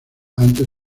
antes